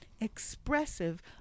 expressive